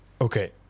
Okay